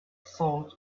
salt